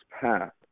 path